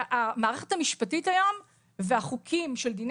המערכת המשפטית היום והחוקים של דיני